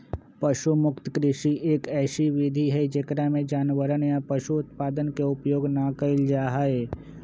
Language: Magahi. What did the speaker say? पशु मुक्त कृषि, एक ऐसी विधि हई जेकरा में जानवरवन या पशु उत्पादन के उपयोग ना कइल जाहई